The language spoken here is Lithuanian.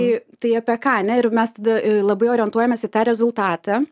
tai tai apie ką ane ir mes tada labai orientuojamės į tą rezultatą